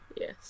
Yes